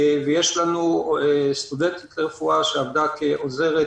ויש לנו סטודנטית לרפואה שעבדה כעוזרת